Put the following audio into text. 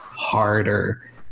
Harder